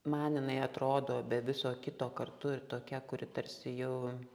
man jinai atrodo be viso kito kartu ir tokia kuri tarsi jau